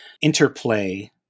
interplay